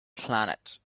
planet